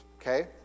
Okay